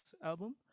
album